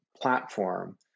platform